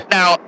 Now